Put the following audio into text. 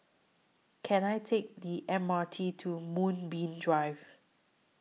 Can I Take The M R T to Moonbeam Drive